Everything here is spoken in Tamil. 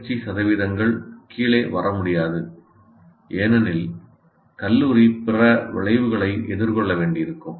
தேர்ச்சி சதவீதங்கள் கீழே வர முடியாது ஏனெனில் கல்லூரி பிற விளைவுகளை எதிர்கொள்ள வேண்டியிருக்கும்